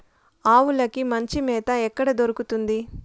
ఆవులకి మంచి మేత ఎక్కడ దొరుకుతుంది?